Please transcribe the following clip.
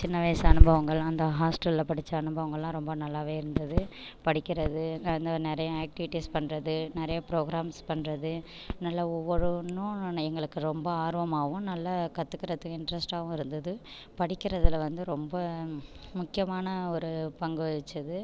சின்ன வயசு அனுபவங்கள் அந்த ஹாஸ்டலில் படிச்ச அனுபவங்கள்லாம் ரொம்ப நல்லாவே இருந்துது படிக்கிறது அந்த நிறைய ஆக்ட்டிவிட்டீஸ் பண்ணுறது நிறைய புரோகிராம்ஸ் பண்ணுறது நல்லா ஒவ்வொரு ஒன்றும் எங்களுக்கு ரொம்ப ஆர்வமாகவும் நல்லா கற்றுக்கிறதுக்கு இன்ட்ரெஸ்ட்டாகவும் இருந்துது படிக்கிறதில் வந்து ரொம்ப முக்கியமான ஒரு பங்கு வகிச்சிது